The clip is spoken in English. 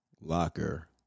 locker